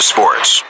Sports